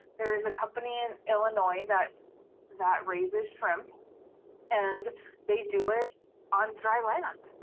there is a company in illinois that that raises shrimp and they do it on dry land.